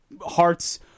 hearts